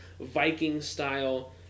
Viking-style